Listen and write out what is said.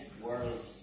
world